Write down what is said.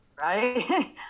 right